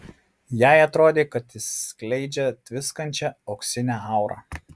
jai atrodė kad jis skleidžia tviskančią auksinę aurą